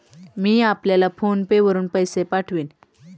मी आपल्याला PhonePe वरुन पैसे पाठवीन